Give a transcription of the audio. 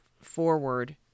forward